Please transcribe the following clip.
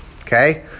Okay